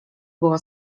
było